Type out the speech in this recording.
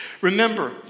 Remember